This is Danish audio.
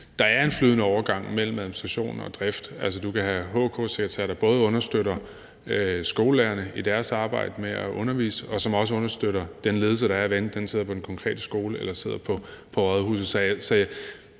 der er en flydende overgang mellem administration og drift. Altså, du kan have HK-sekretærer, der både understøtter skolelærerne i deres arbejde med at undervise og også understøtter den ledelse, der er, hvad enten den sidder på den konkrete skole eller sidder på rådhuset.